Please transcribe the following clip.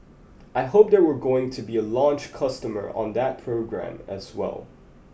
I hope that we're going to be a launch customer on that program as well